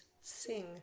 sing